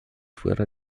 fuera